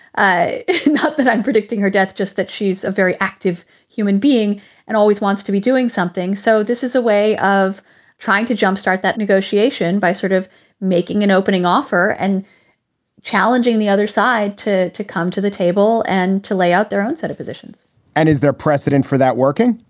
i'm predicting her death just that she's a very active human being and always wants to be doing something. so this is a way of trying to jump start that negotiation by sort of making an opening offer and challenging the other side to to come to the table and to lay out their own set of positions and is there precedent for that working?